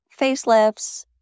facelifts